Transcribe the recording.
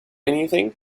anything